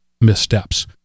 missteps